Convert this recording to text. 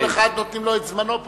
כל אחד נותנים לו את זמנו פה.